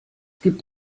gibt